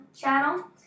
channel